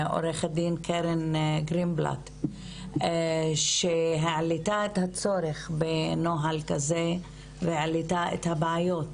עו"ד קרן גרינבלט שהעלתה את הצורך בנוהל כזה והעלתה את הבעיות